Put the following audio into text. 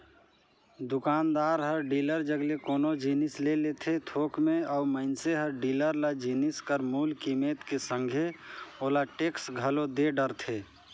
दुकानदार हर डीलर जग ले कोनो जिनिस ले लेथे थोक में अउ मइनसे हर डीलर ल जिनिस कर मूल कीमेत के संघे ओला टेक्स घलोक दे डरथे